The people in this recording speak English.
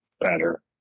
better